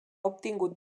obtingut